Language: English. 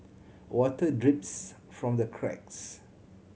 water drips from the cracks